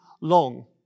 long